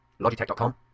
Logitech.com